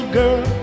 girl